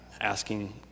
asking